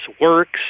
works